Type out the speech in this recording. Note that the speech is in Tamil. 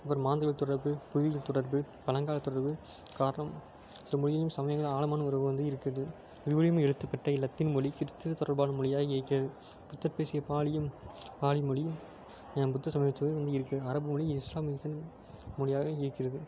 அப்புறம் மாந்திர தொடர்பு புரிதல் தொடர்பு பழங்காலத் தொடர்பு காரணம் சில மொழியின் சமயங்கள் ஆழமான உறவு வந்து இருக்குது இவ்வுரிமை எழுத்தப்பெற்ற இலத்தீன் மொழி கிறிஸ்த்துவ தொடர்பான மொழியாய் இருக்கிறது புத்தர் பேசிய பாலியம் பாலி மொழி புத்த சமயத்தில் வந்து இருக்கிறது அரபு மொழி இஸ்லாமியர்ஸின் மொழியாக இருக்கிறது